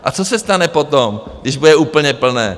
A co se stane potom, až bude úplně plné?